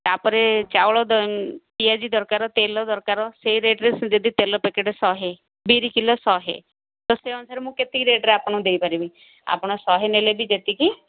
ତାପରେ ଚାଉଳ ପିଆଜି ଦରକାର ତେଲ ଦରକାର ସେଇ ରେଟ୍ରେ ଯଦି ତେଲ ପ୍ୟାକେଟ୍ ଶହେ ବିରି କିଲୋ ଶହେ ତ ସେଇ ଅନୁସାରେ କେତିକି ଆପଣଙ୍କୁ ଦେଇପାରିବି ଆପଣ ଶହେ ନେଲେ ବି ଯେତିକି